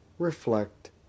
reflect